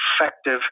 effective